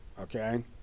okay